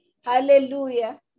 Hallelujah